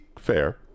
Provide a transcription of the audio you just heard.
fair